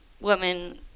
women